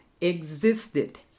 existed